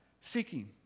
seeking